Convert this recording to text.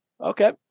Okay